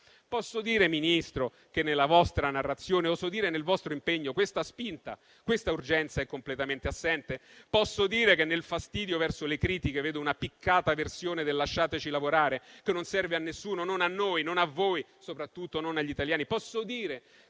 Posso dire, Ministro, che nella vostra narrazione - oso dire nel vostro impegno - questa spinta, questa urgenza è completamente assente? Posso dire che, nel fastidio verso le critiche, vedo una piccata versione del lasciateci lavorare, che non serve a nessuno, non a noi, non a voi e, soprattutto, non agli italiani?